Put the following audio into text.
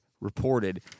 reported